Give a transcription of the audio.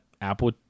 apple